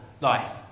life